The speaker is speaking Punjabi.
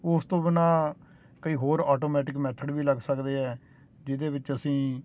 ਉਸ ਤੋਂ ਬਿਨਾਂ ਕਈ ਹੋਰ ਆਟੋਮੈਟਿਕ ਮੈਥਡ ਵੀ ਲੱਗ ਸਕਦੇ ਆ ਜਿਹਦੇ ਵਿੱਚ ਅਸੀਂ